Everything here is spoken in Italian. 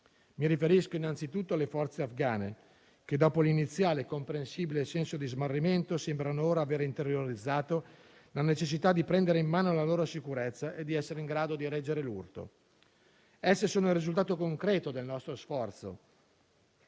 Mi riferisco innanzitutto alle forze afgane che dopo l'iniziale e comprensibile senso di smarrimento sembrano ora avere interiorizzato la necessità di prendere in mano la loro sicurezza e di essere in grado di reggere l'urto. Esse sono il risultato concreto del nostro sforzo,